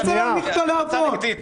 איזה להנמיך את הלהבות?